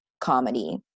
comedy